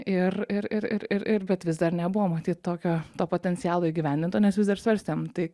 ir ir ir ir ir ir bet vis dar nebuvo matyt tokio to potencialo įgyvendinto nes vis dar svarstėm tai